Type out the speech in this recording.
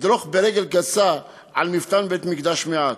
לדרוך ברגל גסה על מפתן בית-מקדש מעט,